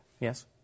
Yes